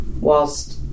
whilst